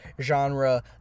genre